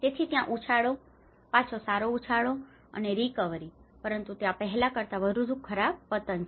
તેથી ત્યાં ઉછાળો પાછો સારો ઉછાળો અને રિકવરી પરંતુ ત્યાં પહેલા કરતા વધુ ખરાબ પતન છે